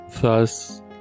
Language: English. thus